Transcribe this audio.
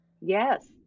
Yes